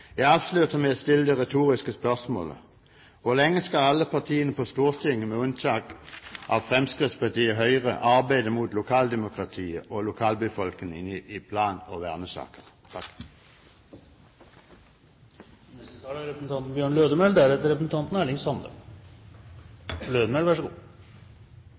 Jeg avslutter med å stille det retoriske spørsmålet: Hvor lenge skal alle partiene på Stortinget, med unntak av Fremskrittspartiet og Høyre, arbeide mot lokaldemokratiet og lokalbefolkningen i plan- og vernesaker?